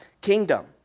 kingdom